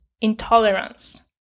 intolerance